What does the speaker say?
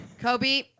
Kobe